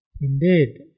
Indeed